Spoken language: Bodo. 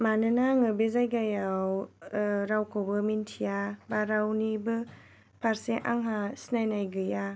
मानोना आङो बे जायगायाव रावखौबो मिन्थिया बा रावनिबो फारसे आंहा सिनायनाय गैया